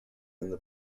and